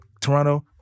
Toronto